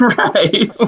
right